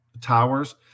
towers